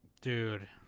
Dude